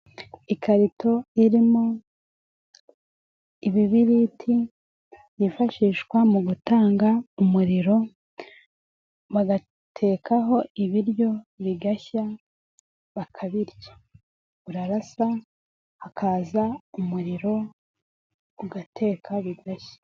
Ikarito irimo ibibiriti byifashishwa mu gutanga umuriro, bagatekaho ibiryo bigashya bakabirya. Urarasa hakaza umuriro ugateka bigashya.